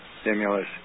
stimulus